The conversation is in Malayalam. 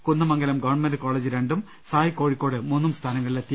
കുന്നമംഗലം ഗ്വൺമെന്റ് കോളേജ് രണ്ടുംസായ് കോഴിക്കോട് മൂന്നും സ്ഥാനങ്ങളിലെത്തി